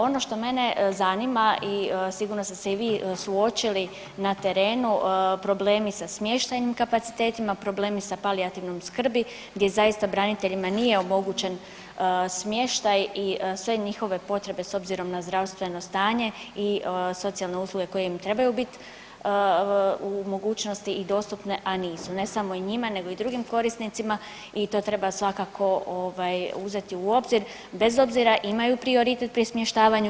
Ono što mene zanima i sigurno ste se i vi suočili na terenu problemi sa smještajnim kapacitetima, problemi sa palijativnom skrbi gdje zaista braniteljima nije omogućen smještaj i sve njihove potrebe s obzirom na zdravstveno stanje i socijalne usluge koje im trebaju biti u mogućnosti i dostupne a nisu, ne samo njima nego i drugim korisnicima i to treba svakako uzeti u obzir bez obzira imaju prioritet pri smještavanju.